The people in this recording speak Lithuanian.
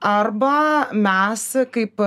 arba mes kaip